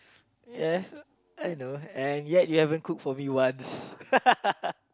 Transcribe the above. ya I know and yet you haven't cook for me once